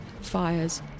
fires